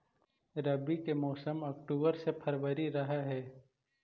रब्बी के मौसम अक्टूबर से फ़रवरी रह हे